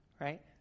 right